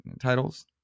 titles